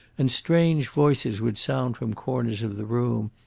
and strange voices would sound from corners of the room,